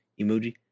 Emoji